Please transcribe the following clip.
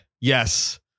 yes